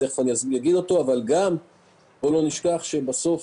ולא נשכח שבסוף,